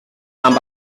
amb